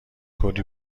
کردی